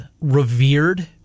revered